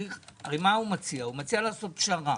הרי הוא מציע לעשות פשרה.